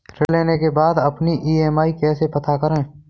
ऋण लेने के बाद अपनी ई.एम.आई कैसे पता करें?